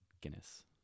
Guinness